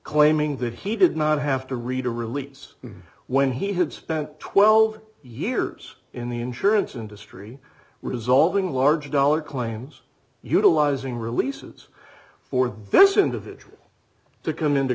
claiming that he did not have to read a release when he had spent twelve years in the insurance industry resulting large dollar claims utilizing releases for this individual to come into